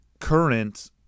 current